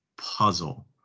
puzzle